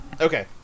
Okay